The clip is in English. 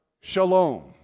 Shalom